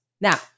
Now